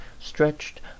stretched